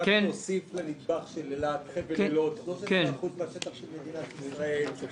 רק להוסיף לנדבך של אילת: חבל אילות הוא 13% מהשטח של מדינת ישראל,